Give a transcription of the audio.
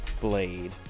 blade